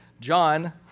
John